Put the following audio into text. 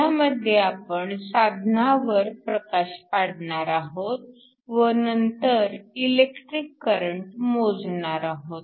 ह्यामध्ये आपण साधनावर प्रकाश पाडणार आहोत व नंतर इलेक्ट्रिक करंट मोजणार आहोत